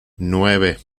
nueve